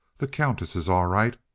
the countess is all right.